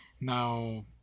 now